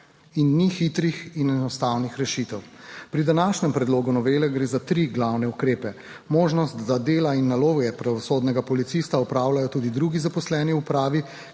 in ni hitrih in enostavnih rešitev. Pri današnjem predlogu novele gre za tri glavne ukrepe. Možnost, da dela in naloge pravosodnega policista opravljajo tudi drugi zaposleni v upravi,